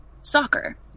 soccer